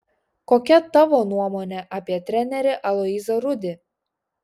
kokia tavo nuomonė apie trenerį aloyzą rudį